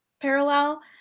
parallel